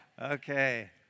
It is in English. Okay